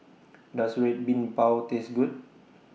Does Red Bean Bao Taste Good